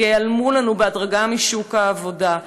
ייעלמו לנו בהדרגה משוק העבודה,